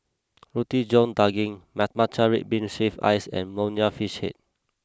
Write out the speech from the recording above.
Roti John Daging Matcha Red Bean Shaved Ice and Nonya Fish Head